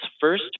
first